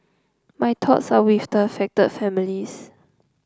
my thoughts are with the affected families